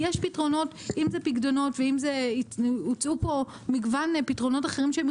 יש פתרונות אם זה פיקדונות או מגוון פתרונות אחרים,